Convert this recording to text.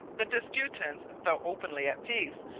the disputants, though openly at peace,